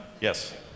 Yes